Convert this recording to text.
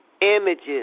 images